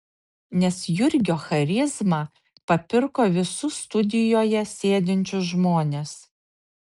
nes jurgio charizma papirko visus studijoje sėdinčius žmones